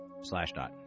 Slashdot